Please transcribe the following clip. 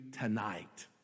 tonight